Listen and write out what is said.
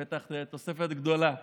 זאת בטח תוספת גדולה.